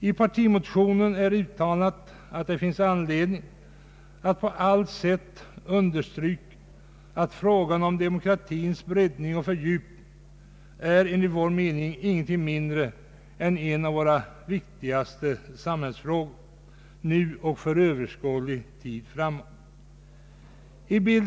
I partimotionen uttalas att det finns anledning att på allt sätt understryka att frågan om demokratins breddning och fördjupning är ingenting mindre än en av våra viktigaste samhällsfrågor nu och för överskådlig tid.